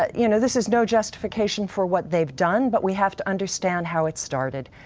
ah you know this is no justification for what they've done but we have to understand how it started.